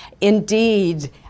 Indeed